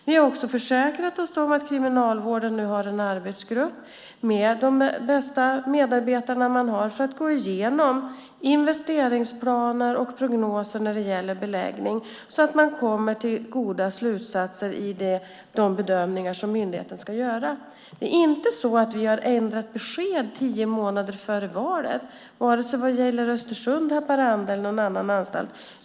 Vi har också försäkrat oss om att Kriminalvården nu har en arbetsgrupp med de bästa medarbetarna man har för att gå igenom investeringsplaner och prognoser när det gäller beläggning. Då kan man komma till goda slutsatser i de bedömningar som myndigheten ska göra. Vi har inte ändrat besked tio månader före valet vare sig vad gäller Östersund, Haparanda eller någon annan anstalt.